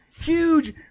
huge